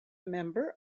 member